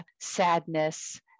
sadness